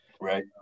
Right